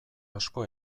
asko